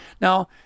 Now